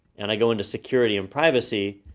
and i go into security and privacy,